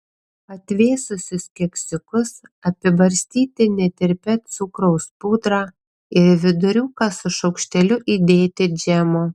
atvėsusius keksiukus apibarstyti netirpia cukraus pudra ir į viduriuką su šaukšteliu įdėti džemo